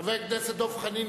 חבר הכנסת דב חנין,